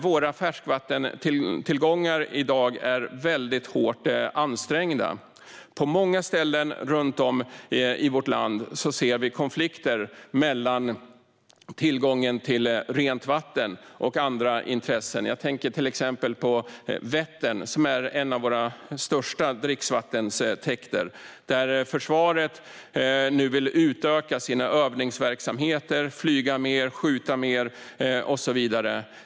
Våra färskvattentillgångar är i dag väldigt hårt ansträngda. På många ställen runt om i vårt land ser vi konflikter mellan tillgången till rent vatten och andra intressen. Jag tänker till exempel på Vättern, som är en av våra största dricksvattentäkter, där försvaret nu vill utöka sina övningsverksamheter, flyga mer, skjuta mer och så vidare.